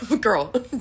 Girl